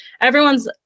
everyone's